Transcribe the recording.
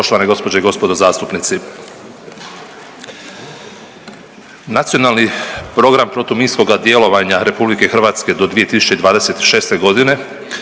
Poštovane gospođe i gospodo zastupnici. Nacionalni program protuminskoga djelovanje Republike Hrvatske do 2026. godine